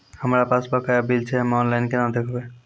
हमरा पास बकाया बिल छै हम्मे ऑनलाइन केना देखबै?